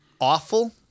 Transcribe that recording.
awful